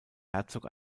herzog